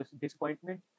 disappointment